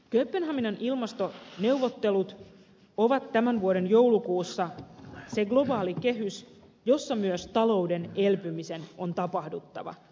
kööpenhaminan ilmastoneuvottelut ovat tämän vuoden joulukuussa se globaali kehys jossa myös talouden elpymisen on tapahduttava